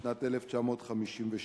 בשנת 1952,